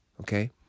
Okay